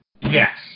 Yes